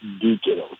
details